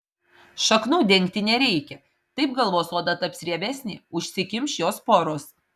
šaknų dengti nereikia taip galvos oda taps riebesnė užsikimš jos poros